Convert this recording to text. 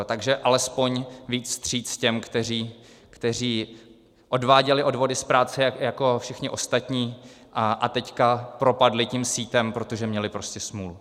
Takže alespoň víc vstříc těm, kteří odváděli odvody z práce jako všichni ostatní a teď propadli tím sítem, protože měli prostě smůlu.